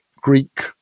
Greek